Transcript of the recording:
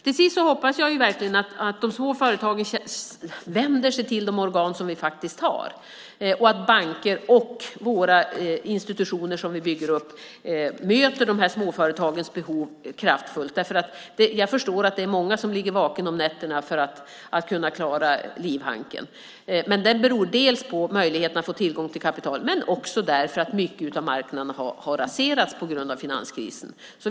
Till sist hoppas jag verkligen att de små företagen vänder sig till de organ vi faktiskt har och att banker och de institutioner vi bygger upp möter småföretagens behov kraftfullt. Jag förstår att många ligger vakna om nätterna och grubblar över hur de ska klara livhanken. Det handlar om möjligheten att få tillgång till kapital men också om att mycket av marknaden har raserats på grund av finanskrisen.